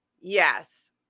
yes